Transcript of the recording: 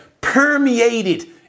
permeated